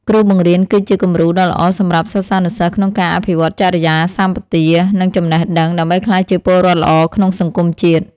គ្រូបង្រៀន គឺជាគំរូដ៏ល្អសម្រាប់សិស្សានុសិស្សក្នុងការអភិវឌ្ឍចរិយាសម្បទានិងចំណេះដឹង ដើម្បីក្លាយជាពលរដ្ឋល្អក្នុងសង្គមជាតិ។